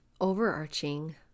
overarching